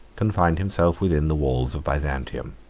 confined himself within the walls of byzantium.